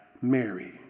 Mary